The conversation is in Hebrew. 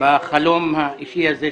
בחלום האישי הזה שלי.